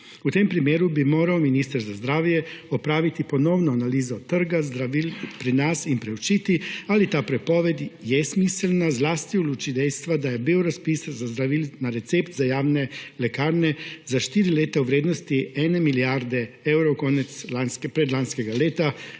V tem primeru bi moral Minister za zdravje opraviti ponovno analizo trga zdravil pri nas in proučiti, ali je ta prepoved smiselna zlasti v luči dejstva, da je bil razpis za zdravila na recept za javne lekarne za štiri leta v vrednosti 1 milijarde evrov konec predlanskega leta